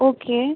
okay